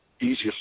easiest